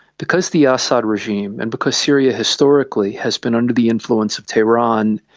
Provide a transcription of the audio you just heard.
because the ah assad regime and because syria historically has been under the influence of tehran,